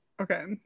Okay